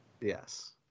Yes